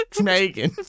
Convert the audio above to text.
Megan